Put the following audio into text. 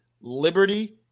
Liberty